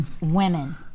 Women